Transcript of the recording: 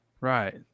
right